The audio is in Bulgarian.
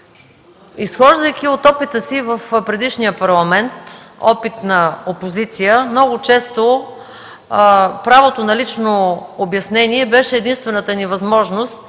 Изхождайки от опита си в предишния парламент – опит на опозиция, много често правото на лично обяснение беше единствената ни възможност